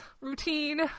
routine